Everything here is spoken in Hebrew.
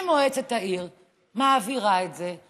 אם מועצת העיר מעבירה את זה,